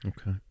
Okay